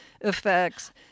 effects